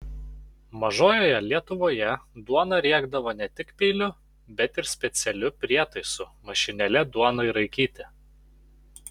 mažojoje lietuvoje duoną riekdavo ne tik peiliu bet ir specialiu prietaisu mašinėle duonai raikyti